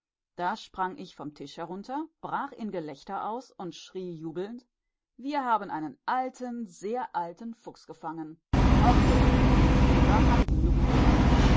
da sprang ich vom tisch herunter brach in gelächter aus und schrie jubelnd wir haben einen alten sehr alten fuchs gefangen horrido eva hatte glührote wangen